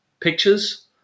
pictures